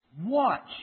Watch